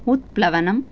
उत्प्लवनम्